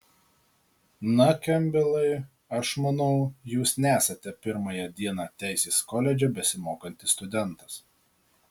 na kempbelai aš manau jūs nesate pirmąją dieną teisės koledže besimokantis studentas